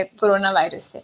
coronavirus